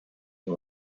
and